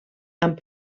amb